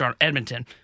Edmonton